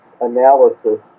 analysis